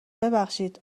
ببخشید